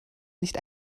nicht